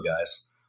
guys